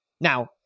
Now